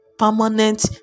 Permanent